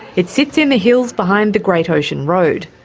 it sits in the hills behind the great ocean road.